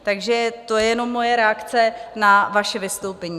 Takže to je jenom moje reakce na vaše vystoupení.